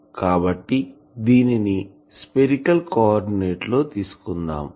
కాబట్టి దీనిని spherical coordinate లో తీసుకుందాం